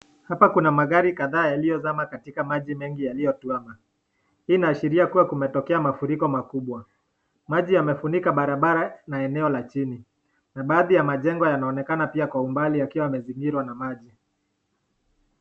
Hapa kuna magari kadhaa yalizo zama katika maji mengi yaliyotwama. Hii inaashiria kuwa kumetokea mafuriko makubwa. Maji yamefunika barabara na eneo la chini na baadhi ya majengo yanaonekana pia kwa umbali yakiwa yamezingirwa na maji.